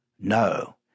no